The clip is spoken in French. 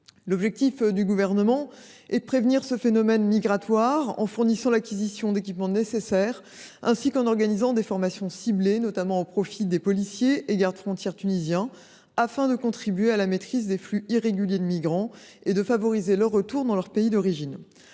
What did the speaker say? L’objectif du Gouvernement est de prévenir ce phénomène migratoire en fournissant l’acquisition d’équipements nécessaires, ainsi qu’en organisant des formations ciblées, notamment au profit des policiers et gardes frontières tunisiens, afin de contribuer à la maîtrise des flux irréguliers de migrants et de favoriser leur retour dans leur pays d’origine.